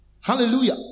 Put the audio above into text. Hallelujah